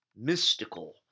mystical